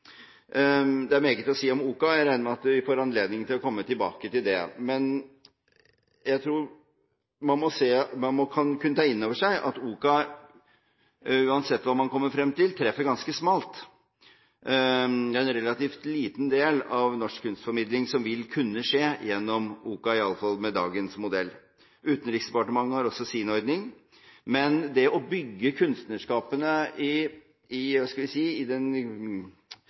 Det er meget å si om OCA, og jeg regner med at vi får anledning til å komme tilbake til det, men jeg tror man må ta inn over seg at OCA uansett hva man kommer frem til, treffer ganske smalt. Det er en relativt liten del av norsk kunstformidling som vil kunne skje gjennom OCA, i alle fall med dagens modell. Utenriksdepartementet har også sin ordning, men det å bygge kunstnerskapene i